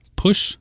push